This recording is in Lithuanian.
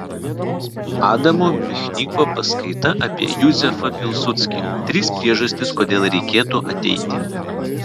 adamo michniko paskaita apie juzefą pilsudskį trys priežastys kodėl reikėtų ateiti